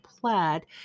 plaid